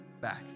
back